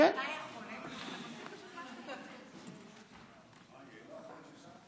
מכובדי היושב-ראש, כבוד השרה,